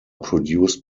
produced